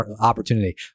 opportunity